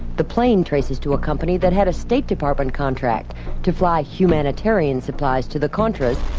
the plane traces to a company that had a state department contract to fly humanitarian supplies to the contras.